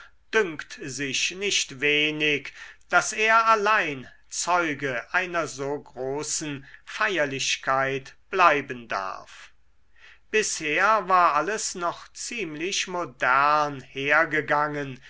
dünkt sich nicht wenig daß er allein zeuge einer so großen feierlichkeit bleiben darf bisher war alles noch ziemlich modern hergegangen